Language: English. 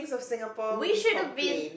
we should've been